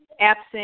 absent